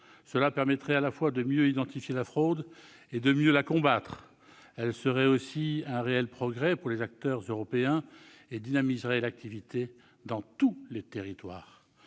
Cela permettrait à la fois de mieux identifier la fraude et de mieux la combattre. Cela serait aussi un réel progrès pour les acteurs européens et dynamiserait l'activité dans tous les territoires.